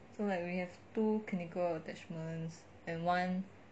so like we have two clinical attachments and one